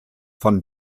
von